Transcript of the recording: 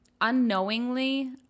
unknowingly